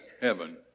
heaven